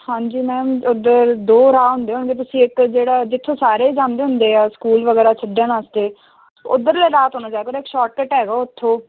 ਹਾਂਜੀ ਮੈਮ ਉੱਧਰ ਦੋ ਰਾਹ ਹੁੰਦੇ ਹੋਣਗੇ ਤੁਸੀਂ ਇੱਕ ਜਿਹੜਾ ਜਿੱਥੋਂ ਸਾਰੇ ਜਾਂਦੇ ਹੁੰਦੇ ਆ ਸਕੂਲ ਵਗੈਰਾ ਛੱਡਣ ਵਾਸਤੇ ਉੱਧਰਲੇ ਰਾਹ ਤੋਂ ਨਾ ਜਾਇਆ ਕਰੋ ਇੱਕ ਸ਼ੋਰਟਕਟ ਹੈਗਾ ਉੱਥੋਂ